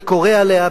אני קורא עליה,